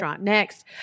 Next